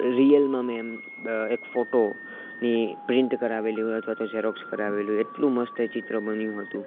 રિયલમાં મેં એમ એક ફોટો ની પ્રિન્ટ કરાવેલી હોય અથવા તો ઝેરોક્ષ કરાવેલી હોય એટલું મસ્ત એ ચિત્ર બન્યું હતું